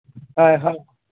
ꯍꯣꯏ ꯍꯣꯏ